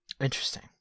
Interesting